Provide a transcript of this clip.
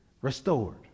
restored